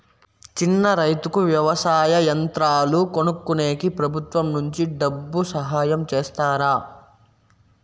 చిన్న రైతుకు వ్యవసాయ యంత్రాలు కొనుక్కునేకి ప్రభుత్వం నుంచి డబ్బు సహాయం చేస్తారా?